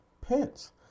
Pence